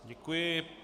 Děkuji.